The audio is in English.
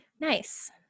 Nice